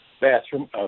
bathroom